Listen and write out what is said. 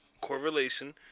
correlation